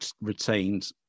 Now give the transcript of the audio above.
retained